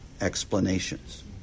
explanations